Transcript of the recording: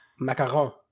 Macaron